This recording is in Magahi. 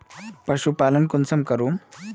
पशुपालन कुंसम करूम?